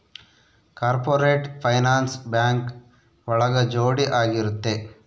corporate finance bank ಒಳಗ ಜೋಡಿ ಆಗಿರುತ್ತೆ